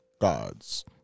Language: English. gods